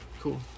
cool